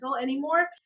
anymore